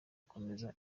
gukomeza